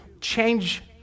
change